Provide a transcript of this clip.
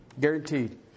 Guaranteed